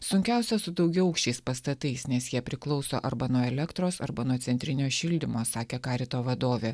sunkiausia su daugiaaukščiais pastatais nes jie priklauso arba nuo elektros arba nuo centrinio šildymo sakė karito vadovė